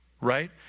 right